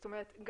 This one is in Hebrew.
זאת אומרת,